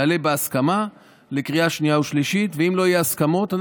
יעלה בהסכמה לקריאה שנייה ושלישית,